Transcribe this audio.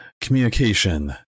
communication